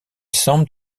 semble